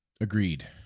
Agreed